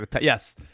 Yes